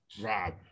Rob